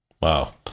wow